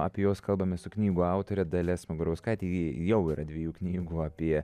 apie juos kalbame su knygų autore dalia smagurauskaite ji jau yra dviejų knygų apie